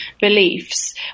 beliefs